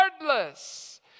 regardless